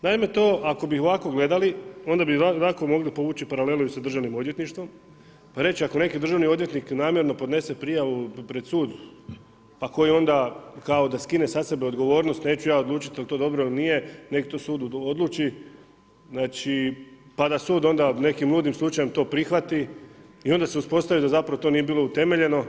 Naime, to ako bi ovako gledali onda bi lako mogli povući paralelu i sa državnim odvjetništvom, pa reći ako neki državni odvjetnik namjerno podnese prijavu pred sud, a koji onda kao da skine sa sebe odgovornost, neću ja odlučiti jel to dobro ili nije nek to sud odluči, znači pa da sud onda nekim ludim slučajem to prihvati i onda se uspostavi da zapravo to nije bilo utemeljeno.